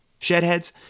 Shedheads